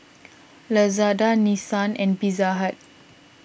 Lazada Nissan and Pizza Hut